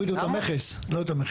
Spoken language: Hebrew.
הורידו את המכס, לא את המחיר.